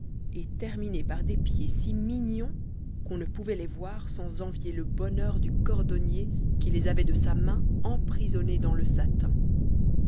et terminées par des pieds si mignons qu'on ne pouvait les voir sans envier te bonheur du cordonnier qui les avait de sa main emprisonnés dans le satin